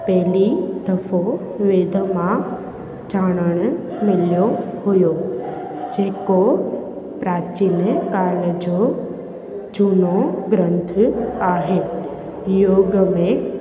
पहली दफ़ो वेद मां ॼाणणु मिलियो हुओ जेको प्राचीन काल जो झूनो ग्रंथ आहे योग में